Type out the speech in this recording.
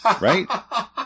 right